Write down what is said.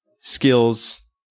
skills